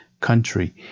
country